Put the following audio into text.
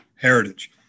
heritage